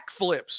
backflips